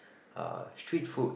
uh street food